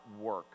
work